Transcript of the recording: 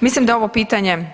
Mislim da je ovo pitanje